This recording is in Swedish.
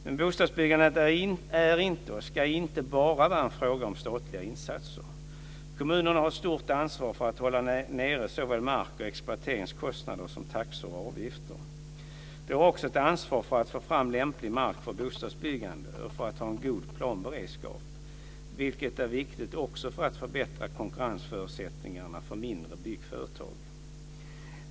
Men bostadsbyggandet är inte och ska inte bara vara en fråga om statliga insatser. Kommunerna har ett stort ansvar för att hålla nere såväl mark och exploateringskostnader som taxor och avgifter. De har också ett ansvar för att få fram lämplig mark för bostadsbyggande och för att ha en god planberedskap, vilket är viktigt också för att förbättra konkurrensförutsättningarna för mindre byggföretag.